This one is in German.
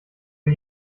sie